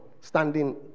standing